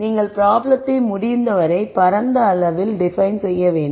நீங்கள் ப்ராப்ளத்தை முடிந்தவரை பரந்த அளவில் டிபைன் செய்ய வேண்டும்